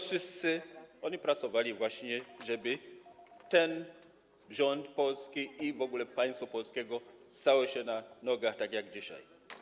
Wszyscy oni pracowali właśnie po to, żeby ten rząd polski i w ogóle państwo polskie stało na nogach tak jak dzisiaj.